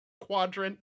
quadrant